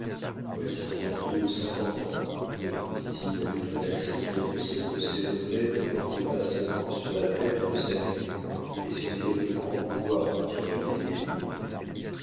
voici bientôt cinquante ans répondit-il avec un accent qui annonçait que ses regrets ne portaient pas seulement sur la perte de sa vue mais sur quelque grand pouvoir dont il aurait été dépouillé